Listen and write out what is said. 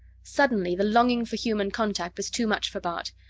suddenly, the longing for human contact was too much for bart,